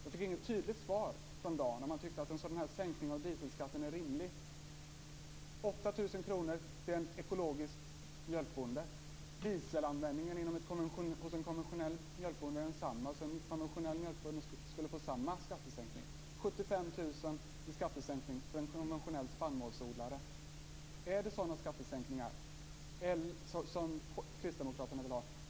Jag fick inget tydligt svar av Dan Ericsson på min fråga om han tyckte att en sänkning av dieselskatten var rimlig, vilket skulle betyda 8 000 kr i skattesänkning för en ekologisk mjölkboende. Dieselanvändningen hos en konventionell mjölkbonde är densamma, så därför borde han få samma skattesänkning. Men en konventionell spannmålsodlare skulle få Är det sådana skattesänkningar som kristdemokraterna vill ha?